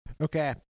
Okay